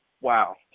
Wow